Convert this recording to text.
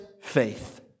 faith